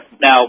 Now